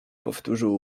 powtórzył